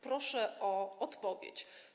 Proszę o odpowiedź.